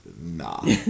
nah